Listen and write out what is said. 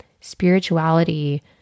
spirituality